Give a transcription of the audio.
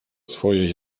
swoje